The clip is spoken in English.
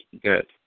good